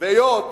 והיות